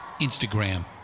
Instagram